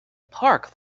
park